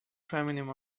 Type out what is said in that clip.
feminine